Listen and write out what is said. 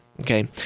Okay